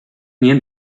nie